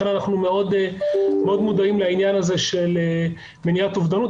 אנחנו מאוד מודעים לעניין הזה של מניעת אובדנות.